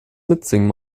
mitsingen